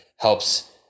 helps